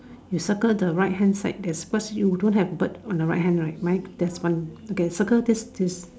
you circle the right hand side first you don't have bird on the right right mine has one circle this this